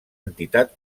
entitat